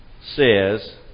says